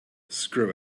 screw